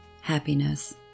happiness